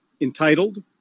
entitled